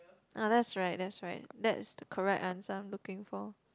ah that's right that's right that's the correct answer I'm looking for